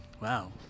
Wow